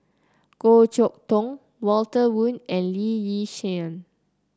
Goh Chok Tong Walter Woon and Lee Yi Shyan